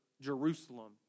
Jerusalem